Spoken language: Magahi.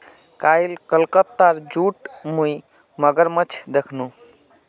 कईल कोलकातार जूत मुई मगरमच्छ दखनू